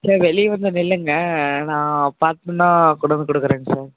sir வெளியே வந்து நில்லுங்கள் நான் பார்த்துட்டேன்னா கொண்டு வந்து கொடுக்கறேங்க சார்